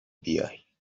بیای